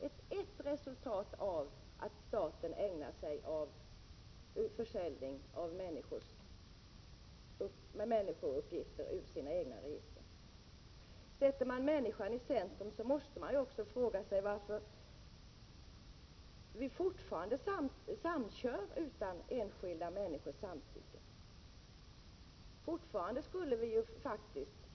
Det var ett resultat av att staten ägnar sig åt försäljning ur sina egna register. Om människan verkligen sätts i centrum måste man också fråga sig varför det fortfarande samkörs utan enskilda människors samtycke.